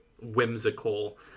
whimsical